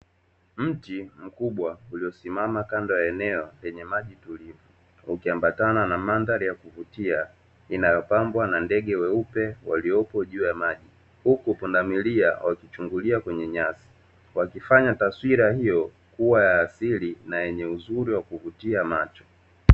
Mti mkubwa uliosimama kando ya eneo lenye maji tulivu, ukiambatana na mandhari ya kuvutia, inayopambwa na ndege weupe waliopo juu ya maji. Huku pundamilia wakichungulia kwenye nyasi, wakifanya taswira hiyo kuwa ya asili na yenye uzuri wa kuvutia macho.